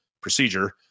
procedure